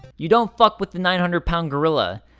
you don't fuck with the nine-hundred-pound gorilla.